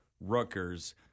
Rutgers